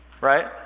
right